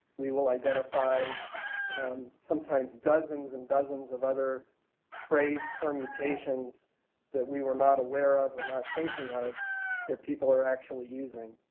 we will identify sometimes dozens and dozens of other phrase permutations that we were not aware of or not thinking of that people are actually using.